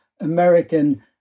American